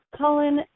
Colin